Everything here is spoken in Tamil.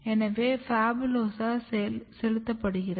எனவே PHABULOSA செலுத்தப்படுகிறது